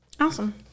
Awesome